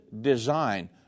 design